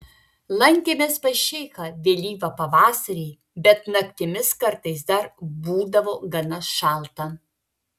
lankėmės pas šeichą vėlyvą pavasarį bet naktimis kartais dar būdavo gana šalta